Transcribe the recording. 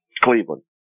Cleveland